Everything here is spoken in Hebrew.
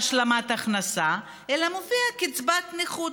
השלמת הכנסה אלא מופיעה קצבת נכות.